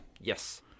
Yes